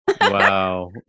Wow